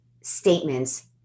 statements